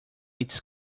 its